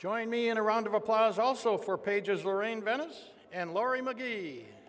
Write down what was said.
join me in a round of applause also for pages were in venice and laurie m